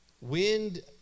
wind